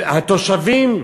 שהתושבים,